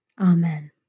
Amen